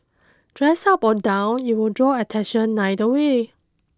dressed up or down it will draw attention neither way